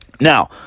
Now